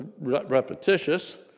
repetitious